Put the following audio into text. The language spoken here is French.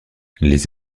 les